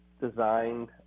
designed